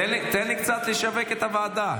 אני לא מקבל את ההצעה.